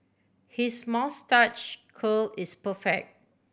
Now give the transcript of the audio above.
his moustache curl is